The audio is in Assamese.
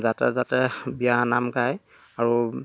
জাতে জাতে বিয়া নাম গায় আৰু